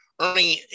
earning